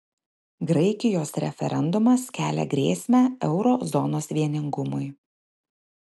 graikijos referendumas kelia grėsmę euro zonos vieningumui